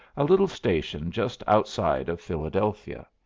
a little station just outside of philadelphia,